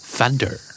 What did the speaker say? Thunder